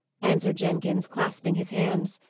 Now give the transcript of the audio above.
answered jenkins, clasping his hands.